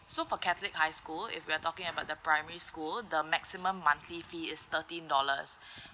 so for catholic high school if we're talking about the primary school the maximum monthly fee is thirteen dollars